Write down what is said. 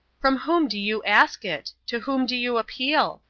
from whom do you ask it? to whom do you appeal?